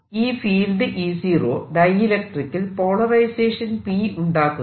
ഈ field E0 ഡൈഇലക്ട്രിക്കിൽ polarisation P ഉണ്ടാക്കുന്നു